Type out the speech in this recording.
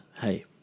hey